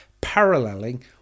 paralleling